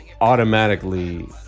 automatically